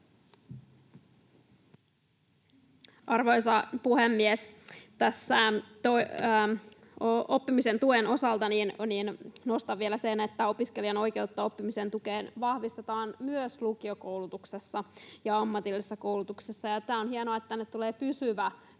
Arvoisa puhemies! Tässä oppimisen tuen osalta nostan vielä sen, että opiskelijan oikeutta oppimisen tukeen vahvistetaan myös lukiokoulutuksessa ja ammatillisessa koulutuksessa. Tämä on hienoa, että tänne tulee pysyvä